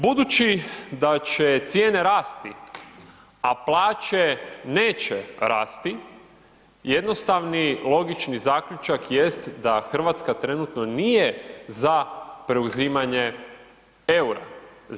Budući da će cijene rasti, a plaće neće rasti jednostavni logični zaključak jest da Hrvatska trenutno nije za preuzimanje EUR-a.